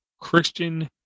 Christian